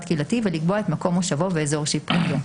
קהילתי ולקבוע את מקום מושבו ואזור שיפוטו.